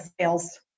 sales